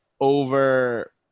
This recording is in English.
over